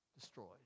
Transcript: destroyed